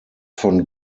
von